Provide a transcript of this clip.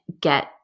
get